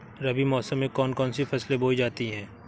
रबी मौसम में कौन कौन सी फसलें बोई जाती हैं?